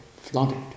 flooded